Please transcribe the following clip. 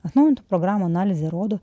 atnaujintų programų analizė rodo